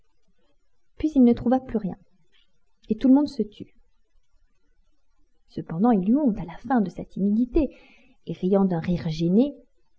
puis il ne trouva plus rien et tout le monde se tut cependant il eut honte à la fin de sa timidité et riant d'un rire gêné